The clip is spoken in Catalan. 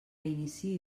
iniciï